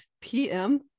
PM